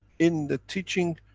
in the teaching,